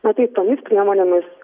na tai tomis priemonėmis